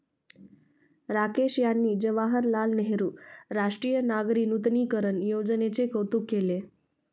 राकेश यांनी जवाहरलाल नेहरू राष्ट्रीय नागरी नूतनीकरण योजनेचे कौतुक केले